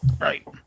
right